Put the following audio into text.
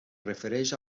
refereix